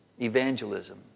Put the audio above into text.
evangelism